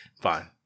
fine